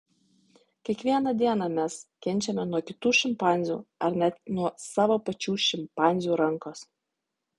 kiekvieną dieną mes kenčiame nuo kitų šimpanzių ar net nuo savo pačių šimpanzių rankos